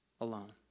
alone